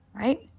Right